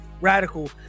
Radical